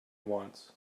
wants